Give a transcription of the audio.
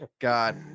god